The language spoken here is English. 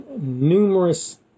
numerous